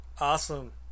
Awesome